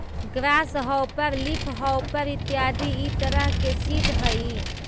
grass hopper leafhopper इत्यादि इ तरह के सीट हइ